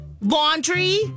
laundry